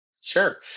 Sure